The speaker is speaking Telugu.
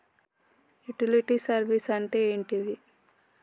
యుటిలిటీ సర్వీస్ అంటే ఏంటిది?